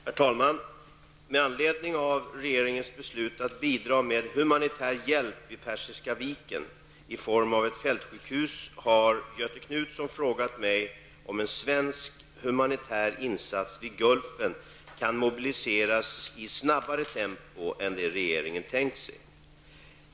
Herr talman! Med anledning av regeringens beslut att bidra med humanitär hjälp vid Persiska viken i form av ett fältsjukhus, har Göthe Knutson frågat mig om en svensk humanitär insats vid Gulfen kan mobiliseras i ett snabbare tempo än det regeringen tänkt sig.